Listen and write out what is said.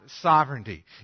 sovereignty